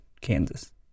Kansas